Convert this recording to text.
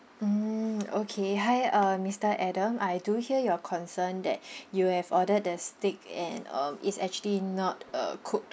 mm okay hi uh mister adam I do hear your concern that you have ordered the steak and um it's actually not uh cooked